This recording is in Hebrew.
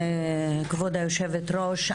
כבוד היושבת-ראש,